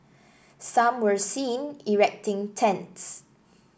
some were seen erecting tents